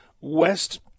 west